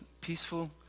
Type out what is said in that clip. peaceful